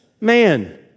man